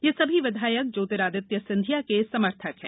ये सभी विधायक ज्योतिरादित्य सिंधिया के समर्थक हैं